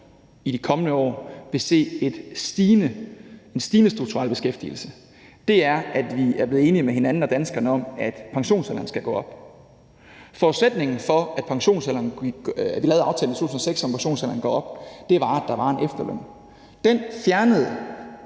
i de kommende år vil se en stigende strukturel beskæftigelse, er, at vi er blevet enige med hinanden og danskerne om, at pensionsalderen skal gå op. Forudsætningen for, at vi lavede aftalen i 2006 om, at pensionsalderen skulle gå op, var, at der var en efterløn. Den fjernede